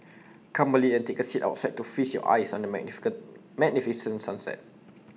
come early and take A seat outside to feast your eyes on the magnificent sunset